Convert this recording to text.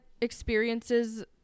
experiences